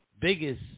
biggest